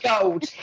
gold